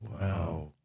Wow